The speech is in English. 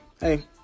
hey